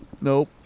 nope